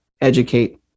educate